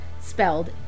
spelled